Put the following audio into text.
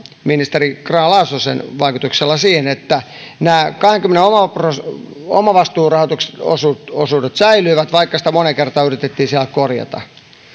ministeri grahn laasosen myötävaikutuksella päätyi siihen tulokseen että nämä kahdenkymmenen prosentin omavastuurahoitusosuudet säilyivät vaikka sitä moneen kertaan yritettiin siellä korjata